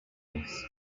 race